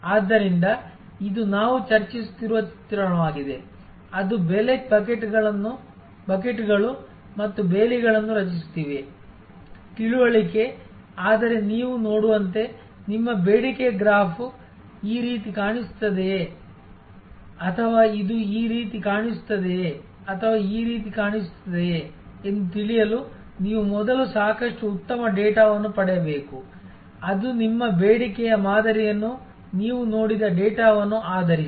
ಆದ್ದರಿಂದ ಇದು ನಾವು ಚರ್ಚಿಸುತ್ತಿರುವ ಚಿತ್ರಣವಾಗಿದೆ ಅದು ಬೆಲೆ ಬಕೆಟ್ಗಳು ಮತ್ತು ಬೇಲಿಗಳನ್ನು ರಚಿಸುತ್ತಿದೆ ತಿಳುವಳಿಕೆ ಆದರೆ ನೀವು ನೋಡುವಂತೆ ನಿಮ್ಮ ಬೇಡಿಕೆಯ ಗ್ರಾಫ್ ಈ ರೀತಿ ಕಾಣಿಸುತ್ತದೆಯೇ ಅಥವಾ ಇದು ಈ ರೀತಿ ಕಾಣಿಸುತ್ತದೆಯೇ ಅಥವಾ ಈ ರೀತಿ ಕಾಣಿಸುತ್ತಿದೆಯೇ ಎಂದು ತಿಳಿಯಲು ನೀವು ಮೊದಲು ಸಾಕಷ್ಟು ಉತ್ತಮ ಡೇಟಾವನ್ನು ಪಡೆಯಬೇಕು ಅದು ನಿಮ್ಮ ಬೇಡಿಕೆಯ ಮಾದರಿಯನ್ನು ನೀವು ನೋಡಿದ ಡೇಟಾವನ್ನು ಆಧರಿಸಿದೆ